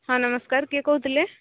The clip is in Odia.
ହଁ ନମସ୍କାର କିଏ କହୁଥିଲେ